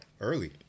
Early